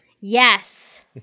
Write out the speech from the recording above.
Yes